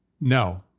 No